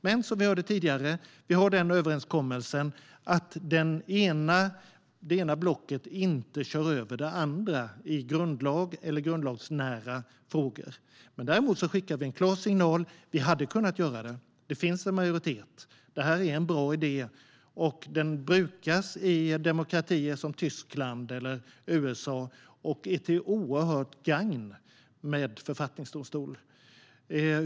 Men som vi hörde tidigare har vi överenskommelsen att det ena blocket inte kör över det andra i grundlags eller grundlagsnära frågor. Däremot skickar vi en klar signal om att vi hade kunnat göra det. Det finns en majoritet för det, och det här är en bra idé som brukas i demokratier som Tyskland och USA och är till oerhörd gagn för en författningsdomstol.